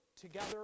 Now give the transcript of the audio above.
together